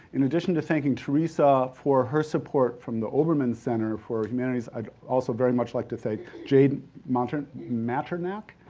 in addition to thanking teresa for her support from the obermann center for humanities, i'd also very much like to thank jade monter maternack? manternach.